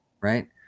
right